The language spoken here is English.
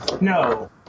No